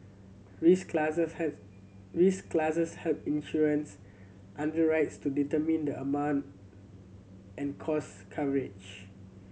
risk classes has risk classes help insurance underwriters to determine the amount and cost coverage